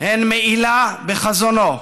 הם מעילה בחזונו.